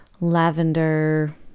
lavender